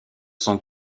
son